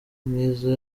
myiza